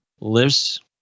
lives